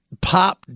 pop